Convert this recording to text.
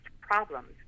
problems